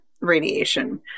radiation